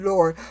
Lord